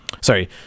sorry